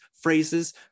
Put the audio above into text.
phrases